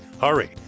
Hurry